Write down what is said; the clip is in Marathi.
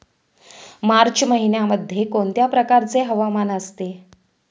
मार्च महिन्यामध्ये कोणत्या प्रकारचे हवामान असते?